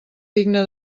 digna